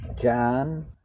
John